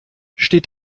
steht